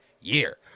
year